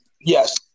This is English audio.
Yes